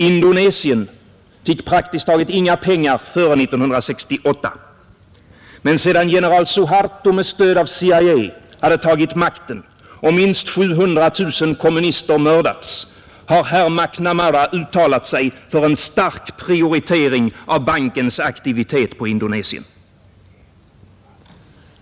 Indonesien fick praktiskt taget inga pengar före 1968. Men sedan general Suharto med stöd av CIA tagit makten och minst 700000 kommunister mördats har herr McNamara uttalat sig för en stark prioritering av bankens aktivitet på Indonesien.